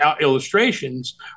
illustrations